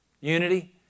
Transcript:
unity